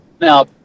Now